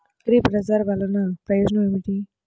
అగ్రిబజార్ వల్లన ప్రయోజనం ఏమిటీ?